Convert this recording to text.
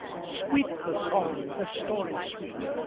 sweet the song, the story sweet,